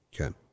Okay